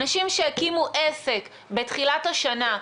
אנשים שהקימו עסק בתחילת השנה,